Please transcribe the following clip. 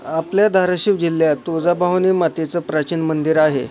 आपल्या धारशिव जिल्ह्यात तुळजाभवानी मातेचं प्राचीन मंदिर आहे